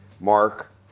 Mark